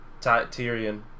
Tyrion